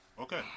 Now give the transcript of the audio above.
Okay